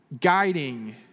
guiding